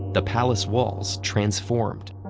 the palace walls transformed,